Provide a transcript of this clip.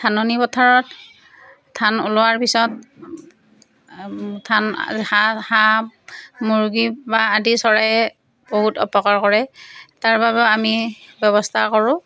ধাননি পথাৰত ধান ওলোৱাৰ পিছত ধান হাঁহ হাঁহ মুৰ্গী বা আদি চৰায়ে বহুত অপকাৰ কৰে তাৰ বাবেও আমি ব্যৱস্থা কৰোঁ